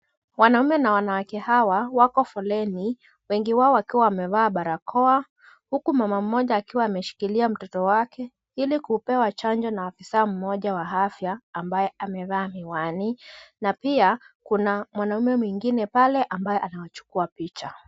Wanaume na wanawake hawa wako foleni wengi wao wakiwa wamevaa barakoa huku mama mmoja akiwa ameshikilia mtoto wake ili kupewa chanjo na afisa mmoja wa afya ambaye amevaa miwani na pia kuna mwanaume mwingine pale ambaye anawachukua picha.